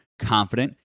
confident